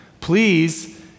Please